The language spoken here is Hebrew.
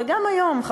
וגם היום,